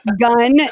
gun